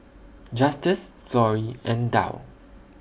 Justus Florrie and Dow